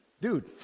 dude